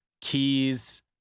keys